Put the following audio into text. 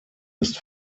ist